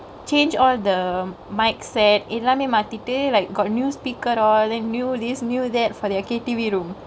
changke all the mic set எல்லாமே மாத்திட்டு:ellame maathittu like got new speaker all then new this new that for their K_T_V room